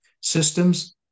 Systems